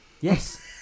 Yes